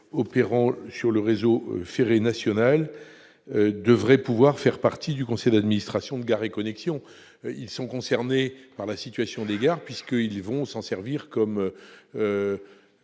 opérant sur le réseau ferré national devraient pouvoir faire partie du conseil d'administration de Gares & Connexions. Ils sont concernés par la situation des gares, puisqu'ils s'en serviront comme